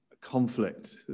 conflict